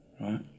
right